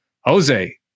Jose